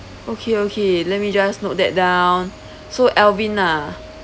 okay okay let me just note that down so alvin ah